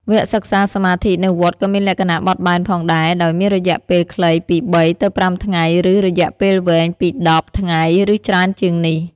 វគ្គសិក្សាសមាធិនៅវត្តក៏មានលក្ខណៈបត់បែនផងដែរ ដោយមាន រយៈពេលខ្លី ពី ៣ ទៅ ៥ ថ្ងៃ ឬ រយៈពេលវែង ពី ១០ ថ្ងៃ ឬច្រើនជាងនេះ។